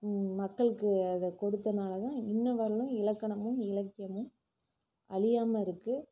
மக்களுக்கு அதை கொடுத்தனால தான் இன்ன வரைலும் இலக்கணமும் இலக்கியமும் அழியாமல் இருக்குது